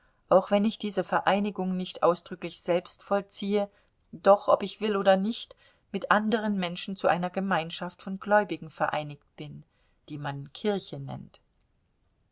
auch wenn ich diese vereinigung nicht ausdrücklich selbst vollziehe doch ob ich will oder nicht mit anderen menschen zu einer gemeinschaft von gläubigen vereinigt bin die man kirche nennt